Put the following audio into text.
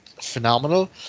phenomenal